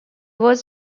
was